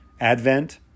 advent